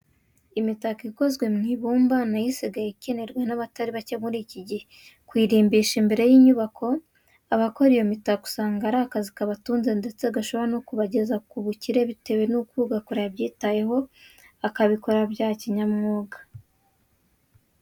Imitako ikozwe mu ibumba na yo isigaye ikenerwa n'abatari bake muri iki gihe, kukurimbisha imbere y'inyubako. Abakora iyo mitako usanga ari akazi kabatunze ndetse gashobora no kubageza kubukire bitewe n'uko ugakora yabyitayeho, akabikora bya kinyamwuga.